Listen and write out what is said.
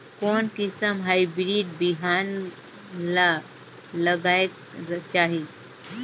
कोन किसम हाईब्रिड बिहान ला लगायेक चाही?